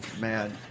man